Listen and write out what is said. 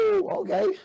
okay